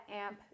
Amp